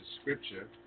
scripture